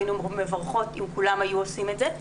היינו מברכות אם כולם היו עושים את זה.